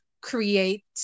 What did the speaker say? create